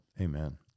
Amen